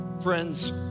Friends